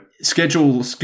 schedule